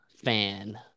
fan